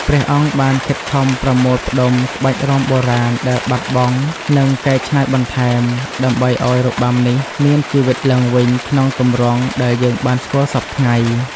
ព្រះអង្គបានខិតខំប្រមូលផ្តុំក្បាច់រាំបុរាណដែលបាត់បង់ និងកែច្នៃបន្ថែម ដើម្បីឱ្យរបាំនេះមានជីវិតឡើងវិញក្នុងទម្រង់ដែលយើងបានស្គាល់សព្វថ្ងៃ។